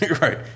Right